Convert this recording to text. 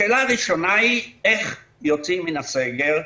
השאלה הראשונה היא איך יוצאים מן הסגר.